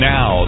Now